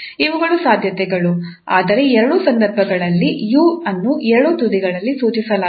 ಇವುಗಳು ಸಾಧ್ಯತೆಗಳು ಆದರೆ ಎರಡೂ ಸಂದರ್ಭಗಳಲ್ಲಿ 𝑢 ಅನ್ನು ಎರಡೂ ತುದಿಗಳಲ್ಲಿ ಸೂಚಿಸಲಾಗುತ್ತದೆ